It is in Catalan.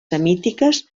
semítiques